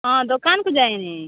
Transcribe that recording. ହଁ ଦୋକାନ କୁ ଯାଇନି